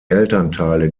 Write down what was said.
elternteile